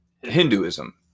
Hinduism